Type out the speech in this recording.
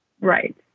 Right